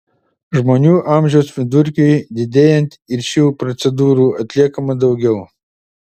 žmonių amžiaus vidurkiui didėjant ir šių procedūrų atliekama daugiau